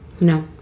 no